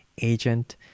agent